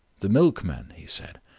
the milkman, he said,